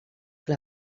que